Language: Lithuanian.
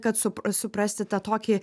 kad sup suprasti tą tokį